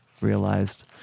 realized